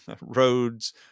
roads